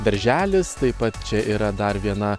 darželis taip pat čia yra dar viena